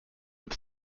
but